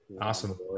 awesome